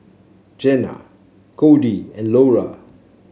Gena Codey and Lora